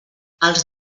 els